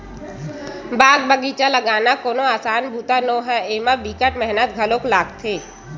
बाग बगिचा लगाना कोनो असान बूता नो हय, एमा बिकट मेहनत घलो लागथे